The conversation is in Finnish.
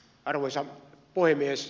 arvoisa puhemies